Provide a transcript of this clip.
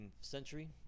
century